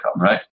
right